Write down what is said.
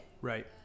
Right